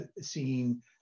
seeing